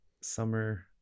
summer